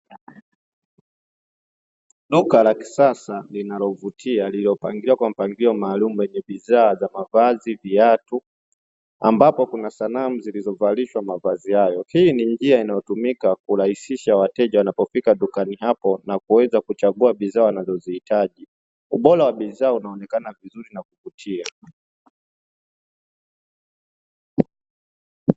Duka la kisasa linalovutua lililopangiliwa kwa mpangilio maalumu lenye bidhaa za mavazi , viatu ambapo kuna sanamu zilizovalishwa mavazi hayo, hii ni njia inayotumika kurahisisha wateja wanapofika dukani hapo na kuweza kuchagua bidhaa wanazozihitaji. Ubora wa bidhaa unaonekana vizuri na kuvutia.